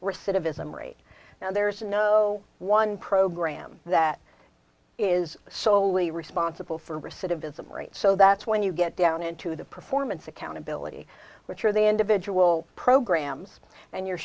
recidivism rate now there's no one program that is solely responsible for recidivism rate so that's when you get down into the performance accountability which are the individual programs and your